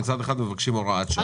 ומצד שני מבקשים הוראת שעה.